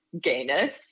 gayness